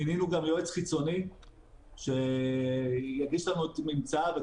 מינינו גם יועץ חיצוני שיגיש לנו את ממצאיו.